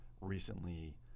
recently